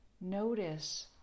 notice